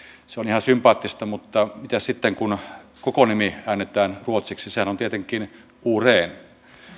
se on ihan sympaattista mutta mitäs sitten kun koko nimi äännetään ruotsiksi sehän on tietenkin oren